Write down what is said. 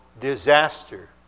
disaster